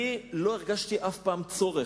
אני לא הרגשתי אף פעם צורך,